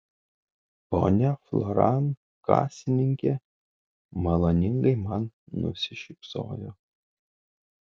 ponia floran kasininkė maloningai man nusišypsojo